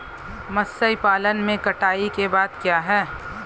मत्स्य पालन में कटाई के बाद क्या है?